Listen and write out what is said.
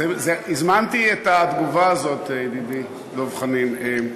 הזמנתי את התגובה הזאת, ידידי דב חנין.